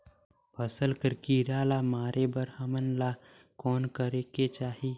फसल कर कीरा ला मारे बर हमन ला कौन करेके चाही?